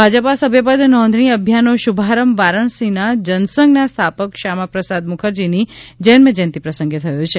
ભાજપા સભ્યપદ નોંધણી અભિયાનનો શુભારંભ વારાણસીમાં જનસંઘના સ્થાપક શ્યામા પ્રસાદ મુખર્જીની જન્મજયંતી પ્રસંગે થયો છે